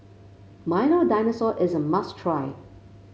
Milo Dinosaur is a must try